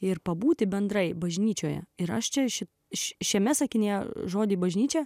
ir pabūti bendrai bažnyčioje ir aš čia išeiti iš šiame sakinyje žodį bažnyčia